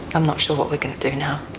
i'm not sure what we're going to do now.